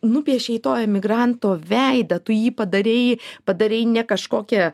nupiešei to emigranto veidą tu jį padarei padarei ne kažkokia